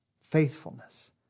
faithfulness